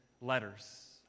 letters